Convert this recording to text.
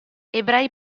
ebrei